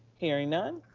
hearing none,